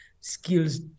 skills